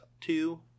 two